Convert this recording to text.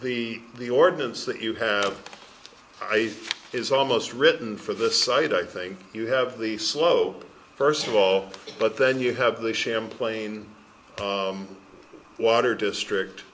the the ordinance that you have ice is almost written for the site i think you have the slope first of all but then you have the champlain water district